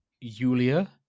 Yulia